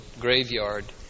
graveyard